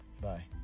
Bye